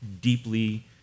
deeply